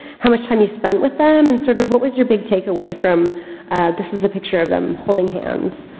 how much time you spent with them, and sort of what was your big takeaway from this is a picture of them holding hands.